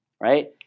right